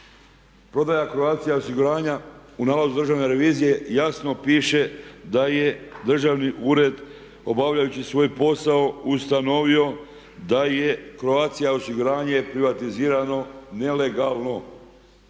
Prodaja Croatia osiguranja u nalazu Državne revizije jasno piše da je Državni ured obavljajući svoj posao ustanovio da je Croatia osiguranje privatizirano nelegalno.